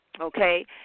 okay